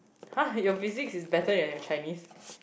!huh! your physics is better than your Chinese